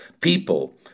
people